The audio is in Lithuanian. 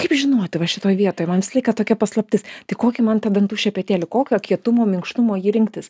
kaip žinot va šitoj vietoj man visą laiką tokia paslaptis tai kokį man tą dantų šepetėlį kokio kietumo minkštumo jį rinktis